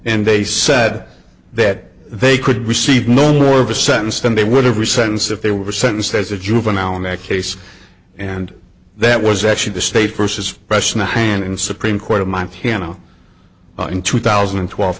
and they said that they could receive no more of a sentence than they would have resends if they were sentenced as a juvenile in that case and that was actually the state versus fresh in the hand and supreme court of my piano in two thousand and twelve